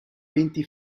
venti